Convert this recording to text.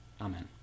Amen